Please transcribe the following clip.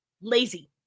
lazy